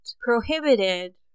prohibited